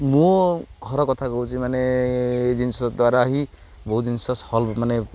ମୁଁ ଘର କଥା କହୁଛି ମାନେ ଏ ଜିନିଷ ଦ୍ୱାରା ହିଁ ବହୁତ ଜିନିଷ ସଲ୍ଭ ମାନେ